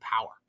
power